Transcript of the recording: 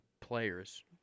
players